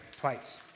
Twice